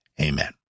Amen